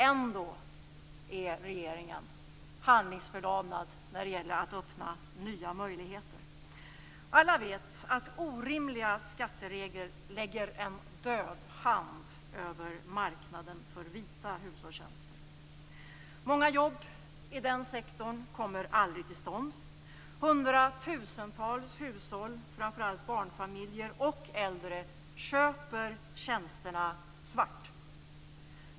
Ändå är regeringen handlingsförlamad när det gäller att öppna nya möjligheter. Alla vet att orimliga skatteregler lägger en död hand över marknaden för vita hushållstjänster. Många jobb i den sektorn kommer aldrig till stånd. Hundratusentals hushåll, framför allt barnfamiljer och äldre, köper tjänsterna svart.